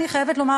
אני חייבת לומר,